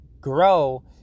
grow